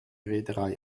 reederei